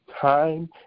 time